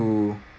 to